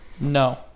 No